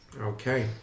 Okay